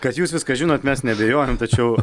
kad jūs viską žinot mes neabejojame tačiau